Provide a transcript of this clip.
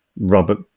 Robert